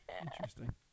Interesting